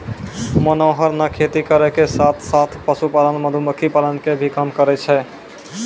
मनोहर नॅ खेती करै के साथॅ साथॅ, पशुपालन, मधुमक्खी पालन के भी काम करै छै